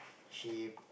she